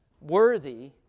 worthy